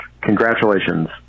congratulations